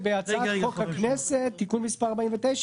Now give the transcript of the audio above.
בהצעת חוק הכנסת (תיקון מס' 49),